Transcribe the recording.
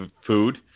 food